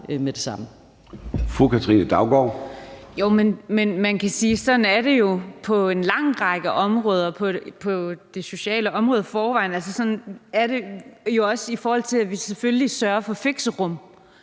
Katrine Daugaard (LA): Men man kan sige, at sådan er det jo på en lang række områder på det sociale område i forvejen. Altså, sådan er det jo også, i forhold til vi selvfølgelig sørger for fixerum.